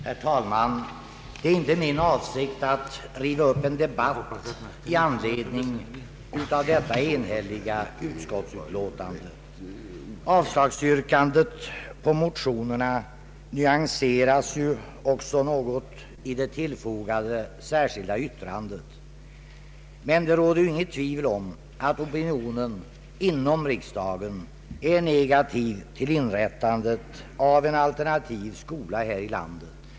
Herr talman! Det är inte min avsikt att sätta i gång en debatt i anledning av detta enhälliga utskottsutlåtande. Avslagsyrkandet på motionerna nyanseras ju också något i det tillfogade särskilda yttrandet. Men det råder inget tvivel om att opinionen inom riksdagen är negativ till inrättandet av en alternativ skola här i landet.